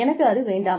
எனக்கு அது வேண்டாம்